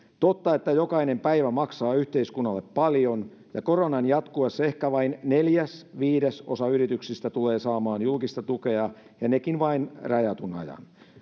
totta että jokainen päivä maksaa yhteiskunnalle paljon ja koronan jatkuessa ehkä vain neljäs viidesosa yrityksistä tulee saamaan julkista tukea ja nekin vain rajatun ajan